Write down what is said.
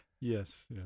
Yes